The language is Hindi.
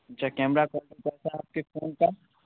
अच्छा केमरा क्वालिटी कैसा है आपके फ़ोन का